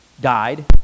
died